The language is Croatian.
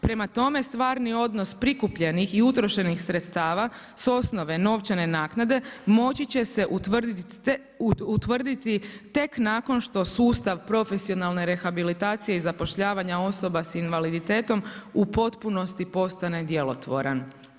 Prema tome, stvarni odnos prikupljenih i sredstava s osnove novčane naknade moći će se utvrditi tek nakon što sustav profesionalne rehabilitacije i zapošljavanja osoba sa invaliditetom u potpunosti postane djelotvoran.